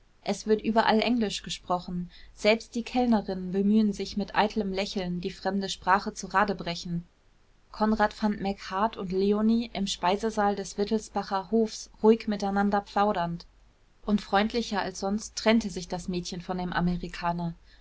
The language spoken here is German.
es wird überall englisch gesprochen selbst die kellnerinnen bemühen sich mit eitlem lächeln die fremde sprache zu radebrechen konrad fand macheart und leonie im speisesaal des wittelsbacher hofs ruhig miteinander plaudernd und freundlicher als sonst trennte sich das mädchen von dem amerikaner